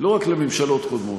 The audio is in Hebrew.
לא רק לממשלות קודמות,